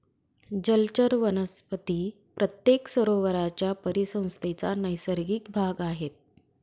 जलचर वनस्पती प्रत्येक सरोवराच्या परिसंस्थेचा नैसर्गिक भाग आहेत